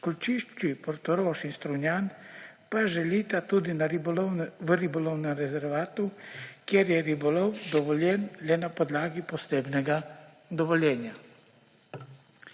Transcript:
Školjčišči Portorož in Strunjan pa ležita tudi v ribolovnem rezervatu, kjer je ribolov dovoljen le na podlagi posebnega dovoljenja.